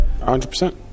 100%